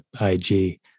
IG